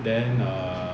then err